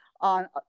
on